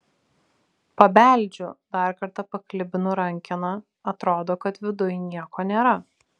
pabeldžiu dar kartą paklibinu rankeną atrodo kad viduj nieko nėra